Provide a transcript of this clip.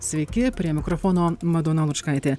sveiki prie mikrofono madona lučkaitė